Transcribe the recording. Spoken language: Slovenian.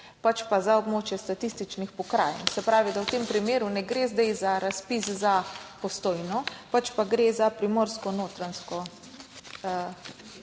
pač pa za območje statističnih pokrajin. Se pravi, da v tem primeru ne gre zdaj za razpis za Postojno, pač pa gre za Primorsko-notranjsko